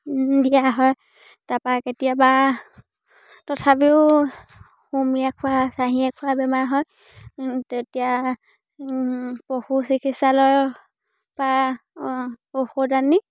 দিয়া হয় তাপা কেতিয়াবা তথাপিও সুমিয়ে খোৱা চাহিয়ে খোৱা বেমাৰ হয় তেতিয়া পশু চিকিৎসালয়ৰ পৰা ঔষধ আনি